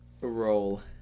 roll